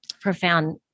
profound